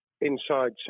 Inside